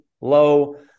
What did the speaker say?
low